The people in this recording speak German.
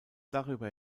darüber